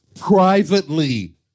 privately